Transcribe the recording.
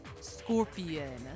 Scorpion